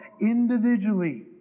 individually